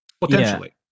potentially